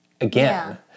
again